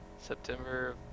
September